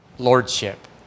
lordship